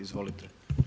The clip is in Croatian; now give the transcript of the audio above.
Izvolite.